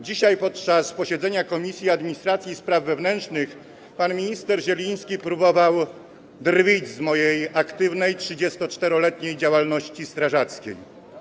Dzisiaj podczas posiedzenia Komisji Administracji i Spraw Wewnętrznych pan minister Zieliński próbował drwić z mojej aktywnej 34-letniej działalności strażackiej.